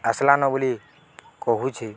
ଆସିଲାନ ବୋଲି କହୁଛି